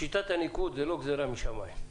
שיטת הניקוד זה לא גזרה משמיים,